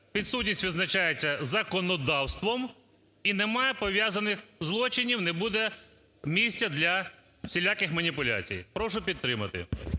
Підсудність визначається законодавством і не має пов'язаних злочинів, не буде місця для всіляких маніпуляцій. Прошу підтримати.